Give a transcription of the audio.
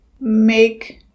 make